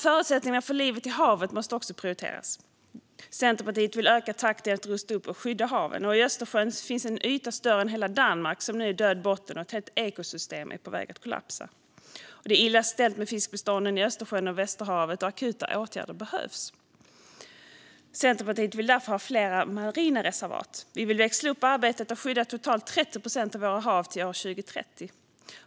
Förutsättningarna för livet i havet måste också prioriteras. Centerpartiet vill öka takten när det gäller att rusta upp och skydda haven. I Östersjön finns en yta större än hela Danmark som nu har död botten, och ett helt ekosystem är på väg att kollapsa. Det är illa ställt med fiskbestånden i Östersjön och Västerhavet, och akuta åtgärder behövs. Centerpartiet vill därför ha fler marina reservat. Vi vill växla upp arbetet och skydda totalt 30 procent av våra hav till 2030.